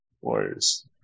Warriors